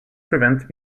prevent